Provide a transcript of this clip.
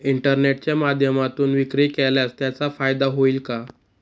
इंटरनेटच्या माध्यमातून विक्री केल्यास त्याचा फायदा होईल का?